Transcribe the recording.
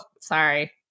sorry